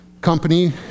company